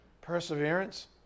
Perseverance